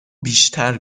بیشتر